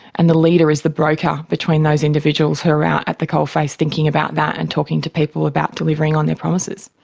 and the leader is the broker between those individuals who are out at the coalface thinking about that and talking to people about delivering on their promises.